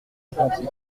apprentis